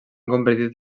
convertit